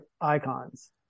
icons